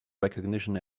recognition